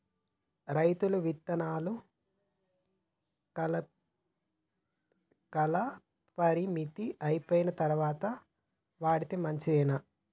రైతులు విత్తనాల కాలపరిమితి అయిపోయిన తరువాత వాడితే మంచిదేనా?